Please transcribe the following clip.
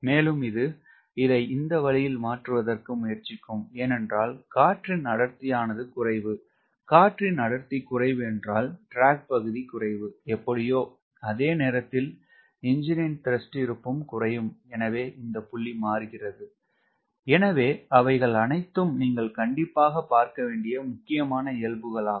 மேலும் இது இதை இந்த வழியில் மாற்றுவதற்கு முயற்சிக்கும் ஏனென்றால் காற்றின் அடர்த்தியானது குறைவு காற்றின் அடர்த்தி குறைவு என்றால் ட்ராக் பகுதி குறைவு எப்படியோ அதே நேரத்தில் என்ஜினின் த்ரஸ்ட் இருப்பும் குறையும் எனவே இந்த புள்ளி மாறுகிறது எனவே அவைகள் அனைத்தும் நீங்கள் கண்டிப்பாக பார்க்கவேண்டிய முக்கியமான இயல்புகள் ஆகும்